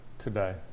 today